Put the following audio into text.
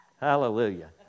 Hallelujah